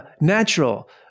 natural